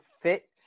fit